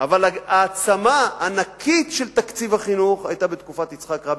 אבל ההעצמה הענקית של תקציב החינוך היתה בתקופת יצחק רבין,